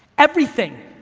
everything,